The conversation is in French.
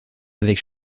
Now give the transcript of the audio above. avec